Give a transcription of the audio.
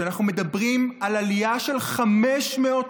כשאנחנו מדברים על עלייה של 500%